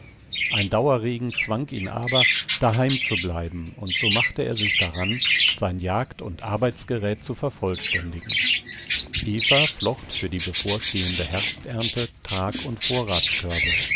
ein dauerregen zwang ihn aber daheim zu bleiben und so machte er sich daran sein jagd und arbeitsgerät zu vervollständigen eva flocht für die bevorstehende herbsternte trag und